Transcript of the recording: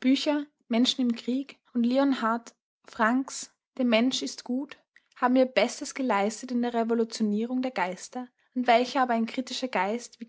bücher menschen im krieg und leonhard franks der mensch ist gut haben ihr bestes geleistet in der revolutionierung der seelen an welcher aber kritische geister wie